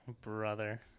Brother